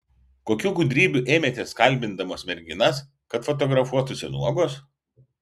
kokių gudrybių ėmėtės kalbindamas merginas kad fotografuotųsi nuogos